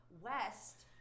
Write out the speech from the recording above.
West